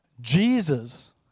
Jesus